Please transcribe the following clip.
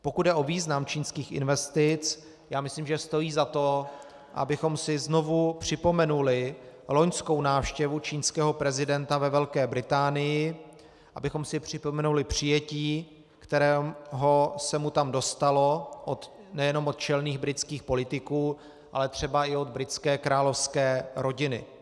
Pokud jde o význam čínských investic, myslím, že stojí za to, abychom si znovu připomenuli loňskou návštěvu čínského prezidenta ve Velké Británii, abychom si připomenuli přijetí, kterého se mu tam dostalo nejenom od čelných britských politiků, ale třeba i od britské královské rodiny.